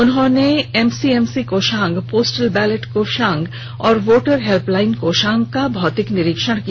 उन्होंने एमसीएमसी कोषांग postal ballot कोषांग और वोटर हेल्पलाइन कोषांग का भौतिक निरीक्षण किया